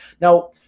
Now